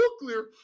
nuclear